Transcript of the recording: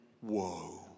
whoa